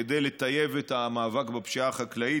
כדי לטייב את המאבק בפשיעה החקלאית,